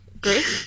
Great